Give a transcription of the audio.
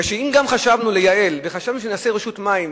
כי גם אם חשבנו לייעל וחשבנו שנעשה רשות מים